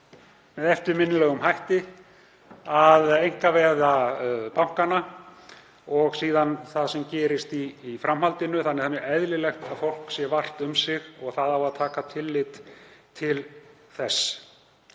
með eftirminnilegum hætti að einkavæða bankana og það sem gerist í framhaldinu þannig að það er mjög eðlilegt að fólk sé vart um sig og það á að taka tillit til þess.